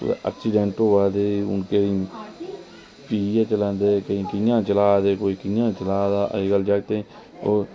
ते एक्सीडैंट होआ ते पीऐ चलांदे केई कियां चलांदे कोई कियां चला दा अज्ज कल जक्तें